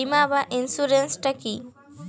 বিমা বা ইন্সুরেন্স টা কি?